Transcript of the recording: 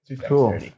Cool